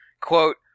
quote